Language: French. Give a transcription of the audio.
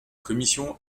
commission